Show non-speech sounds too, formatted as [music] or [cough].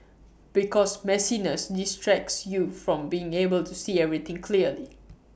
because messiness distracts you from being able to see everything clearly [noise]